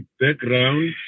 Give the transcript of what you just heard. background